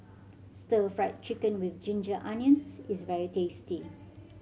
Stir Fried Chicken With Ginger Onions is very tasty